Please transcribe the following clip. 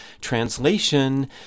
Translation